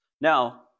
Now